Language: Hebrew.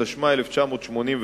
התשמ"א 1981,